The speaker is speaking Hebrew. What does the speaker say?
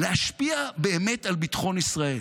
להשפיע באמת על ביטחון ישראל,